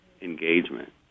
engagement